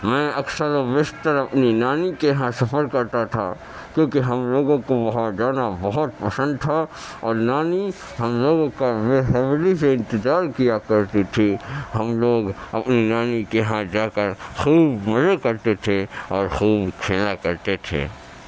میں اکثر و بیشتر اپنی نانی کے یہاں سفر کرتا تھا کیونکہ ہم لوگوں کو وہاں جانا بہت پسند تھا اور نانی ہم لوگوں کا بے صبری سے انتظار کیا کرتی تھیں ہم لوگ اپنی نانی کے یہاں جا کر خوب مزے کرتے تھے اور خوب کھیلا کرتے تھے